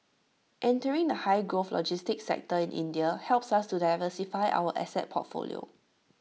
entering the high growth logistics sector in India helps us to diversify our asset portfolio